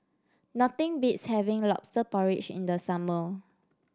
nothing beats having lobster porridge in the summer